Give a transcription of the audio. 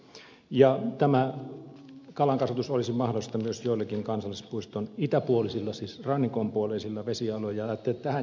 tämä kalankasvatus olisi mahdollista myös joillakin kansallispuiston itäpuolisilla siis rannikon puoleisilla vesialueilla ja ajattelin että tähän juuri ed